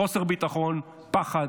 חוסר ביטחון, פחד,